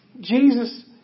Jesus